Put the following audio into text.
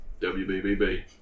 WBBB